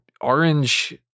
orange